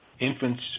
infants